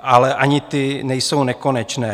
Ale ani ty nejsou nekonečné.